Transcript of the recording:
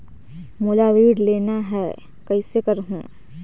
मोला ऋण लेना ह, कइसे करहुँ?